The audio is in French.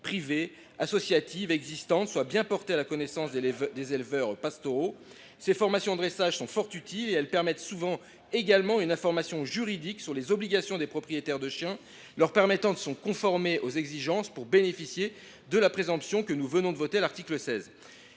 privées et associatives soit bien porté à la connaissance des éleveurs pastoraux. Ces formations de dressage sont fort utiles et contribuent souvent à diffuser également une information juridique sur les obligations des propriétaires de chien, ce qui leur permettra de se conformer aux conditions nécessaires pour bénéficier de la présomption que nous venons de voter à l’article 16.